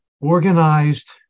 organized